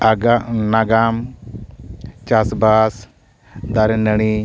ᱟᱜᱟᱢ ᱱᱟᱜᱟᱢ ᱪᱟᱥᱵᱟᱥ ᱫᱟᱨᱮ ᱱᱟᱹᱲᱤ